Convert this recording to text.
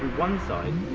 one side.